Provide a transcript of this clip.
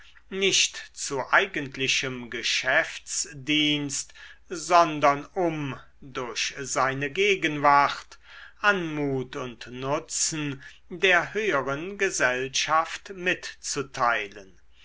nicht zu eigentlichem geschäftsdienst sondern um durch seine gegenwart anmut und nutzen der höheren gesellschaft mitzuteilen